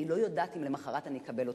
אני לא יודעת אם למחרת אני אקבל אותם,